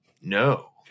no